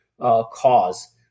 cause